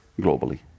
globally